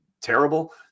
terrible